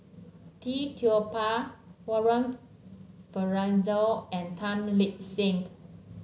Tee Tua Ba Warren Fernandez and Tan Lip Senk